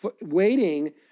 Waiting